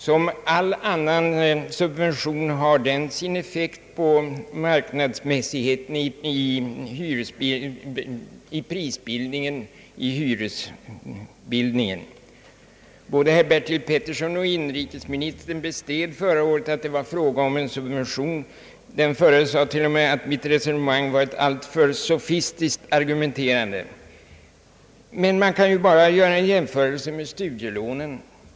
Som all annan subvention har den sin effekt på marknadsmässigheten i prisbildningen och hyresnivån. Både herr Bertil Petersson och inrikesministern bestred förra året att det var fråga om en subvention. Den förre sade t.o.m. att mitt resonemang var ett alltför sofistiskt argumenterande. Men man kan bara göra en jämförelse med studielånen.